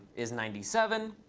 is ninety seven.